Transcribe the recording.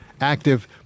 active